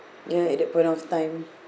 ya at that point of time